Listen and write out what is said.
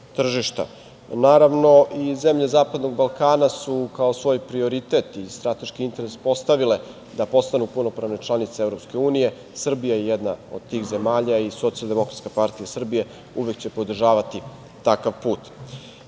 Naravno, i zemlje Zapadnog Balkana su kao svoj prioritet i strateški interes postavile da postanu punopravne članice Evropske unije. Srbija je jedna od tih zemalja i Socijaldemokratska partija Srbije uvek će podržavati takav put.